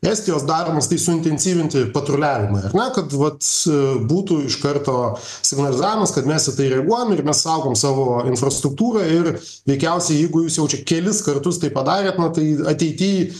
estijos daromas tai suintensyvinti patruliavimą ar ne kad vat būtų iš karto signalizavimas kad mes į tai reaguojam ir mes saugom savo infrastruktūrą ir veikiausiai jeigu jūs jau čia kelis kartus tai padarėt na tai ateity